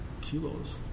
kilos